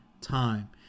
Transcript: time